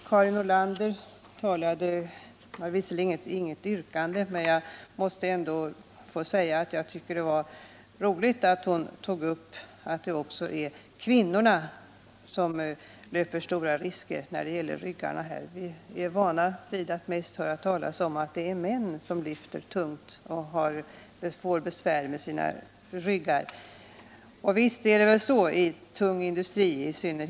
Karin Nordlander hade visserligen inget yrkande, men jag måste ändå få säga att jag tycker att det var roligt att hon pekade på att även kvinnor löper stora risker att skada sina ryggar i arbetet. Vi är vana vid att mest höra talas om männens tunga lyft och deras besvär med sina ryggar, och visst förekommer sådant, i synnerhet inom den tunga industrin.